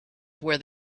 where